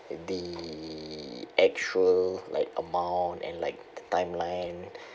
the actual like amount and like timeline